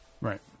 Right